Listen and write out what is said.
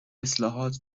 اصلاحات